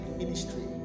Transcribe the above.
ministry